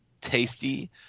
tasty